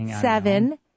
Seven